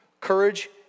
courage